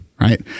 right